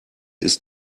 ist